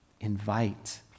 Invite